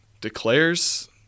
declares